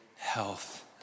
health